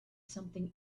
something